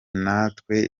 natwe